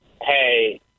hey